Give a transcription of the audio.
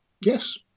Yes